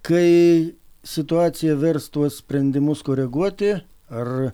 kai situacija vers tuos sprendimus koreguoti ar